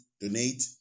donate